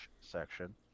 section